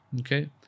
Okay